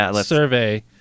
survey